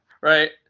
right